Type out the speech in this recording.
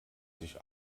sich